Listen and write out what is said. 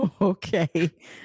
Okay